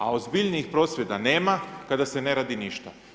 A ozbiljnijih prosvjeda nema kada se ne radi ništa.